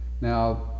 now